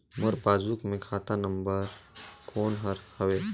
मोर passbook मे खाता number कोन हर हवे?